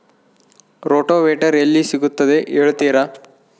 Rotavator ಎಲ್ಲಿ ಸಿಗುತ್ತದೆ ಹೇಳ್ತೇರಾ?